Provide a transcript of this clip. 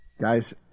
Guys